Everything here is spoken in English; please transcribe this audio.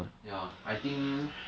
ya I think